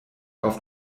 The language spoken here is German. auf